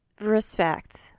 respect